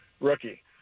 rookie